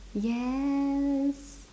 yes